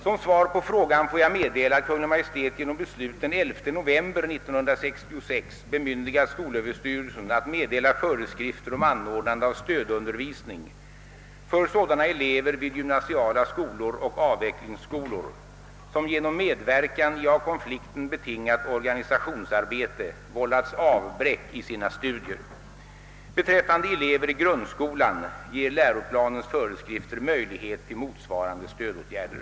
Som svar på frågan får jag meddela att Kungl. Maj:t genom beslut den 11 november 1966 bemyndigat skolöverstyrelsen att meddela föreskrifter om anordnande av stödundervisning för sådana elever vid gymnasiala skolor och avvecklingsskolor, som genom medverkan i av konflikten betingat organisationsarbete vållats avbräck i sina studier. Beträffande elever i grundskolan ger läroplanens föreskrifter möjlighet till motsvarande stödåtgärder.